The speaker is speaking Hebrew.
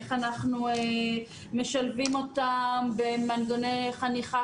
איך אנחנו משלבים אותם במנגנוני חניכה